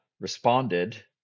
responded